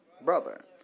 Brother